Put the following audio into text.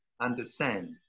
understand